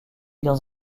dans